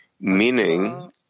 meaning